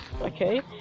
okay